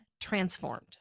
transformed